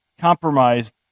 compromised